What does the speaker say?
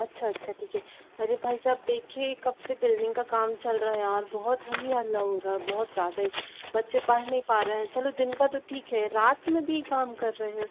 अच्छा अच्छा ठीक है अरे भाई साहब देखिए कब से बिल्डिंग का काम चल रहा है यार बहुत ही हल्ला हो रहा है बहुत ज़्यादा ही बच्चे पढ़ नहीं पा रहे हैं चलो दिन का तो ठीक है रात में भी काम कर रहे हैं